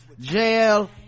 JL